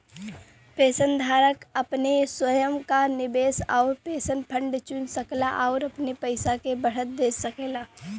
पेंशनधारक अपने स्वयं क निवेश आउर पेंशन फंड चुन सकला आउर अपने पइसा के बढ़त देख सकेला